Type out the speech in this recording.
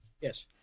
Yes